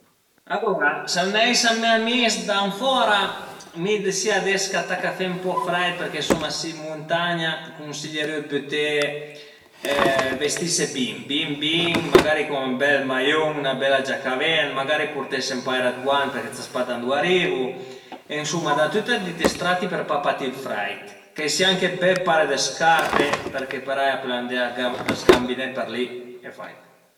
Alura sa veneise me amis da fora mi si ades ch'a taca fe ën po freit përché suma si ën muntagna cunsiglierìu dë büté vestise bin, bin bin, magari cun ël bel maiun, 'na bela giaca a vent, magari purtese ën paira dë guant përché s'as pa da ëndua arivu e ënsuma da tüti strati për pa patì ël freit, ch'a i sìa anche ën bel paira dë scarpe përché parei a pöl andé a zgambiné për li e fait